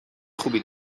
خوبی